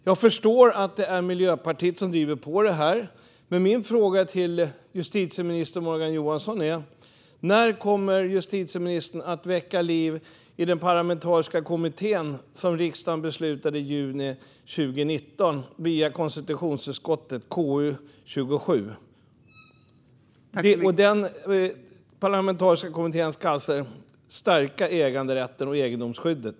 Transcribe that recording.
Jag förstår att det är Miljöpartiet som driver på detta, men min fråga till justitieminister Morgan Johansson är: När kommer justitieministern att väcka liv i den parlamentariska kommitté som riksdagen riktade ett tillkännagivande till regeringen om i juni 2019, utifrån konstitutionsutskottets betänkande KU27? Den parlamentariska kommittén ska alltså stärka äganderätten och egendomsskyddet.